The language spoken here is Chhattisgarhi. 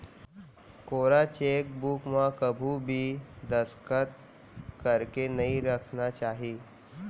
कोरा चेकबूक म कभू भी दस्खत करके नइ राखना चाही